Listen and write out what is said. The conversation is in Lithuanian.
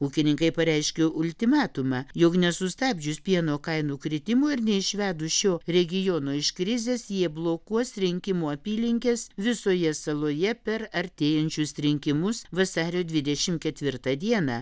ūkininkai pareiškė ultimatumą jog nesustabdžius pieno kainų kritimo ir neišvedus šio regiono iš krizės jie blokuos rinkimų apylinkes visoje saloje per artėjančius rinkimus vasario dvidešimt ketvirtą dieną